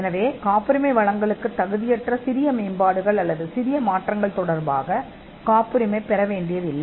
எனவே காப்புரிமை மானியத்திற்கு தகுதியற்ற சிறிய மேம்பாடுகள் அல்லது சிறிய மாற்றங்கள் காப்புரிமை பெற வேண்டியதில்லை